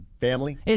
family